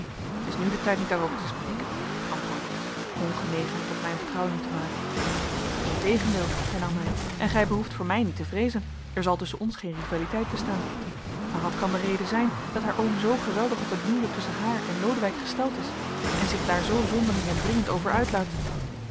t is nu de tijd niet daarover te spreken antwoordde ik ongenegen hem tot mijn vertrouweling te maken integendeel hernam hij en gij behoeft voor mij niet te vreezen er zal tusschen ons geen rivaliteit bestaan maar wat kan de reden zijn dat haar oom zoo geweldig op een huwelijk tusschen haar en lodewijk gesteld is en zich daar zoo zonderling en dringend over uitlaat